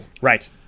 Right